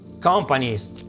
companies